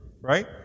right